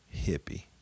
hippie